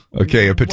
Okay